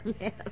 Yes